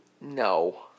No